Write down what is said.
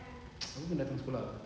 aku kena datang sekolah